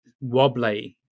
wobbly